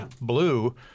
blue